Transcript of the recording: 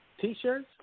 T-shirts